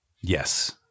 Yes